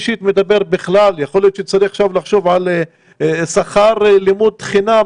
יכול להיות שצריך לחשוב עכשיו על שכר לימוד חינם,